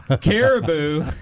caribou